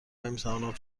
امتحانات